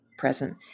Present